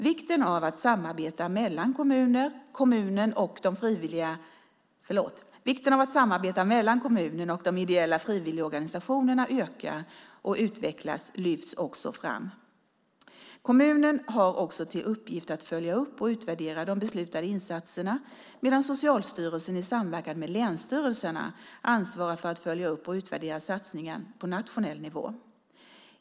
Vikten av att samarbete mellan kommunen och de ideella frivilligorganisationerna ökar och utvecklas lyfts också fram. Kommunen har också till uppgift att följa upp och utvärdera de beslutade insatserna medan Socialstyrelsen i samverkan med länsstyrelserna ansvarar för att följa upp och utvärdera satsningen på nationell nivå.